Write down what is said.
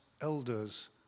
elders